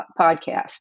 podcast